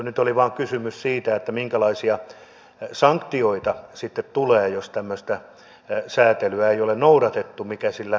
nyt oli vain kysymys siitä minkälaisia sanktioita sitten tulee jos tämmöistä säätelyä ei ole noudatettu mikä sillä tilaajalla on